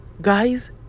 guys